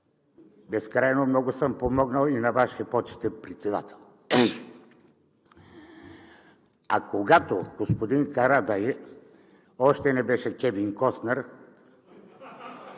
Безкрайно много съм помогнал и на Вашия почетен председател. А когато господин Карадайъ още не беше Кевин Костнър